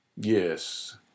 Yes